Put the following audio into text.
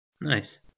Nice